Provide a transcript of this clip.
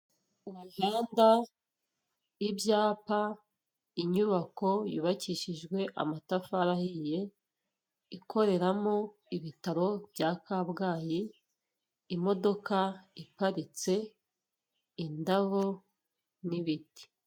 Umuhanda, ibyapa, inyubako yubakishijwe amatafari ahiye, ikoreramo ibitaro bya Kabgayi, imodoka iparitse, indabo n'ibiti.